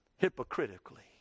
hypocritically